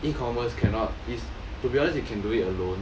e-commerce cannot is to be honest you can do it alone